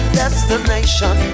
destination